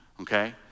okay